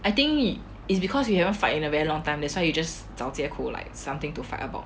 I think it is because you haven't fight in a very long time that's why you just 找借口 like something to fight about